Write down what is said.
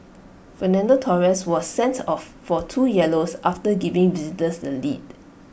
Fernando Torres was sent off for two yellows after giving visitors the lead